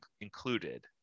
included